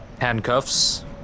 Handcuffs